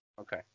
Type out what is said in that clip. Okay